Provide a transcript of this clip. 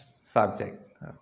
subject